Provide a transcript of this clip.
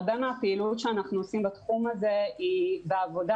רוב הפעילות שאנו עושים בתחום הזה היא בעבודה